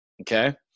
Okay